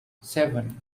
seven